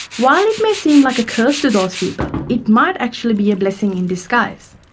while it may seem like a curse to those people, it might actually be a blessing in disguise.